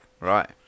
Right